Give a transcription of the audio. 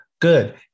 good